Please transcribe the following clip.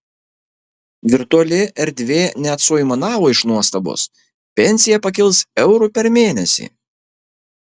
virtuali erdvė net suaimanavo iš nuostabos pensija pakils euru per mėnesį